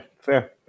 fair